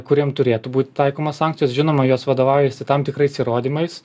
kuriem turėtų būt taikomos sankcijos žinoma jos vadovaujasi tam tikrais įrodymais